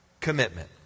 commitment